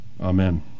Amen